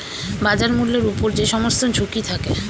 বাজার মূল্যের উপর যে সমস্ত ঝুঁকি থাকে